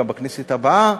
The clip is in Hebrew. בכנסת הבאה,